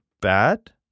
bad